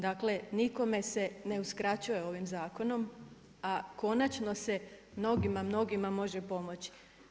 Dakle, nikome se ne uskraćuje ovim zakonom, a konačno se mnogima, mnogima može pomoći.